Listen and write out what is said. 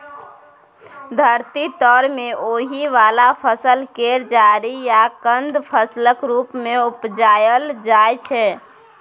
धरती तर में होइ वाला फसल केर जरि या कन्द फसलक रूप मे उपजाइल जाइ छै